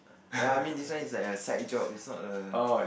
ya I mean this one is like a side job it's not a